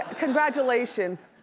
congratulations.